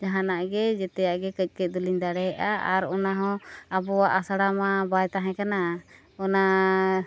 ᱡᱟᱦᱟᱱᱟᱜ ᱜᱮ ᱡᱮᱛᱮᱭᱟᱜ ᱜᱮ ᱠᱟᱹᱡ ᱠᱟᱹᱡ ᱫᱚᱞᱤᱧ ᱫᱟᱲᱮᱭᱟᱜᱼᱟ ᱟᱨ ᱚᱱᱟᱦᱚᱸ ᱟᱵᱚᱣᱟᱜ ᱟᱥᱲᱟ ᱢᱟ ᱵᱟᱭ ᱛᱟᱦᱮᱸ ᱠᱟᱱᱟ ᱚᱱᱟ